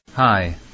Hi